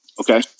Okay